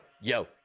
yo